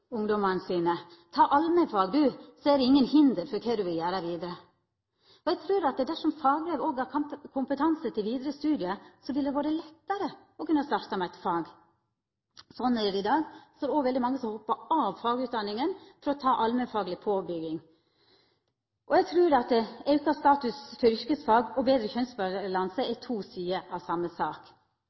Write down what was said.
Ta allmennfag, så er det inga hindring for kva du kan gjera vidare. Eg trur at dersom fagbrev òg gav kompetanse til vidare studium, ville det vore lettare å kunna starta med eit fag. Sånn som det er i dag, hoppar veldig mange av fagutdanninga for å ta allmennfagleg påbygging. Eg trur at auka status for yrkesfag og betre kjønnsbalanse er to sider av same sak.